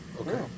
Okay